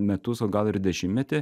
metus o gal ir dešimtmetį